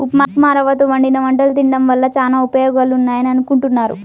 ఉప్మారవ్వతో వండిన వంటలు తినడం వల్ల చానా ఉపయోగాలున్నాయని అనుకుంటున్నారు